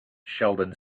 sheldon